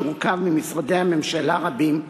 שהורכב ממשרדי ממשלה רבים,